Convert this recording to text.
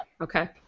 Okay